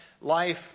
life